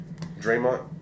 Draymond